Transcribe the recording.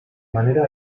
manera